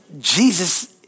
Jesus